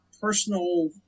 personal